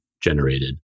generated